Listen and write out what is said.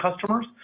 customers